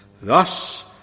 Thus